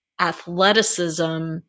Athleticism